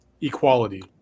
equality